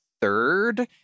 third